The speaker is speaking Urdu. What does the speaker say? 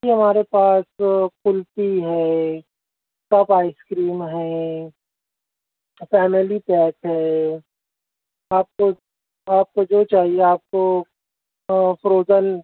جی ہمارے پاس کلفی ہے ٹاپ آئس کریم ہیں فیملی پیک ہے آپ کو آپ کو جو چاہیے آپ کو پروجن